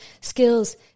skills